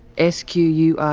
s q u